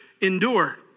endure